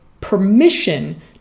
permission